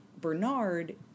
bernard